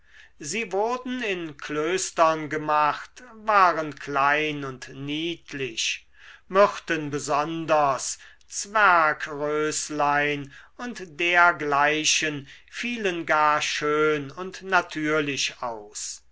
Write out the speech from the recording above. sie wurden in klöstern gemacht waren klein und niedlich myrten besonders zwergröslein und dergleichen fielen gar schön und natürlich aus